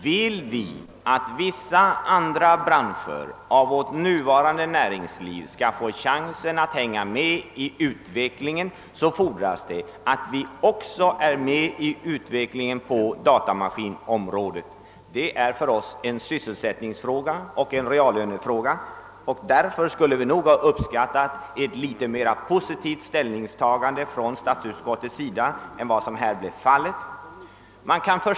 Om vissa andra branscher av vårt nuvarande näringsliv skall få chansen att hänga med i utvecklingen fordras det att man också är med i utvecklingen på datamaskinområdet. Detta är alltså för oss en sysselsättningsfråga och en reallönefråga. Därför skulle vi nog ha uppskattat ett litet mera positivt ställningstagande från statsutskottets sida än vad som här blivit fallet.